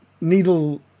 Needle